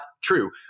true